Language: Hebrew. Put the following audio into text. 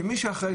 שמי שאחראי,